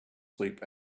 sleep